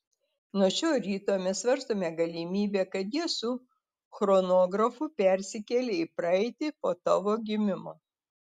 nuo šio ryto mes svarstome galimybę kad jie su chronografu persikėlė į praeitį po tavo gimimo